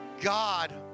God